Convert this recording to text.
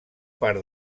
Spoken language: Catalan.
part